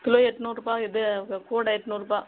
kilo எட்நூறுரூபா இது அ கூடை எட்நூறுரூபா